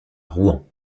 rouen